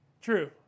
True